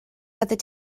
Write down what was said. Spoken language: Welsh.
byddet